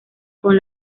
con